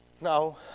Now